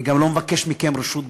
אני גם לא מבקש מכם רשות בכלל,